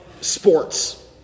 sports